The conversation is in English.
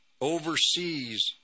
oversees